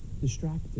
distracted